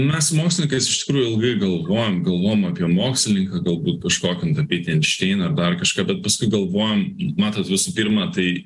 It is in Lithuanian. mes su mokslininkais iš tikrųjų ilgai galvojom galvojom apie mokslininką galbūt kažkokį nutapyti enšteiną ar dar kažką bet paskui galvojom matot visų pirma tai